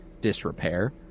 disrepair